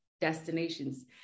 destinations